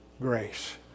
grace